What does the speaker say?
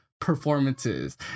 performances